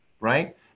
right